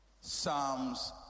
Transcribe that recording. Psalms